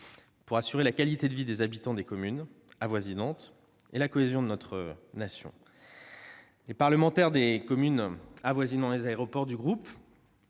pour assurer la qualité de vie des habitants des communes avoisinantes et la cohésion de notre nation. Les parlementaires des communes avoisinant les aéroports du groupe